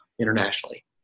internationally